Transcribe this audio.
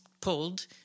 pulled